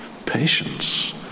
patience